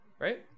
right